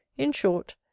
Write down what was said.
in short,